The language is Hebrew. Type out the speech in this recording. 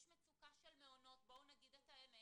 יש מצוקה של מעונות, בואו נגיד את האמת.